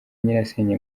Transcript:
nyirasenge